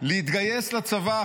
להתגייס לצבא.